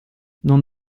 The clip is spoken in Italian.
non